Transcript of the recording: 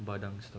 badang stuff